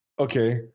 okay